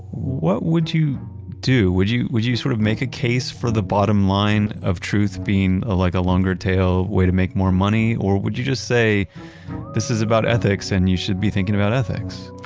what would you do? would you would you sort of make a case for the bottom line of truth being like a longer tail way to make more money, or would you just say this is about ethics and you should be thinking about ethics?